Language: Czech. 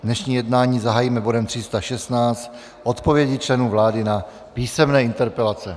Dnešní jednání zahájíme bodem 316, odpověďmi členů vlády na písemné interpelace.